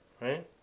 Right